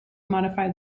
modified